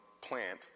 plant